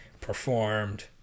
Performed